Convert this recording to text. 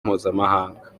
mpuzamahanga